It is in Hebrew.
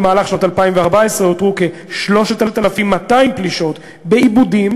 במהלך שנת 2014 אותרו כ-3,200 פלישות בעיבודים